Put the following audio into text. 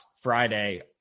Friday